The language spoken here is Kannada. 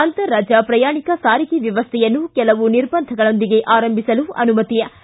ಅಂತಾರಾಜ್ಯ ಪ್ರಯಾಣಿಕ ಸಾರಿಗೆ ವ್ಯವಸ್ಟೆಯನ್ನು ಕೆಲವು ನಿರ್ಬಂಧಗಳೊಂದಿಗೆ ಆರಂಭಿಸಲು ಅನುಮಹಿ